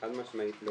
חד משמעית לא.